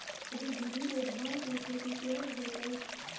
श्री विधी में धान के खेती केहन होयत अछि?